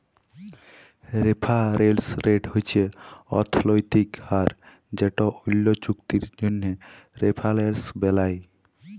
referrals rate হছে অথ্থলৈতিক হার যেট অল্য চুক্তির জ্যনহে রেফারেলস বেলায়